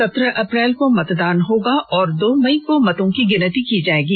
सत्रह अप्रैल को मतदान होगा और दो मई को मतों की गिनती होगी